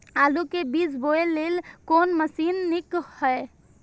आलु के बीज बोय लेल कोन मशीन नीक ईय?